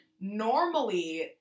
Normally